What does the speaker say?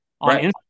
on